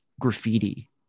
graffiti